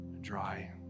dry